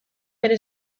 bere